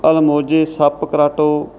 ਅਲਮੋਜੇ ਸੱਪ ਕਰਾਟੋ